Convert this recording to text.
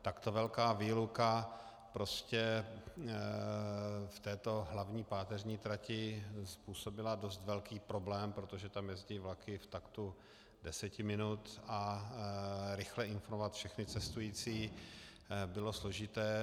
Takto velká výluka prostě v této hlavní páteřní trati způsobila dost velký problém, protože tam jezdí vlaky v taktu deseti minut a rychle informovat všechny cestující bylo složité.